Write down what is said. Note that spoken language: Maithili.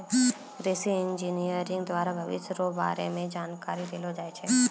कृषि इंजीनियरिंग द्वारा भविष्य रो बारे मे जानकारी देलो जाय छै